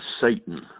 Satan